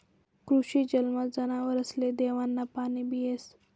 कृषी जलमा जनावरसले देवानं पाणीबी येस